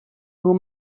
nur